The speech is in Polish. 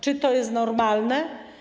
Czy to jest normalne?